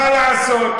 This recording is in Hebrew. מה לעשות?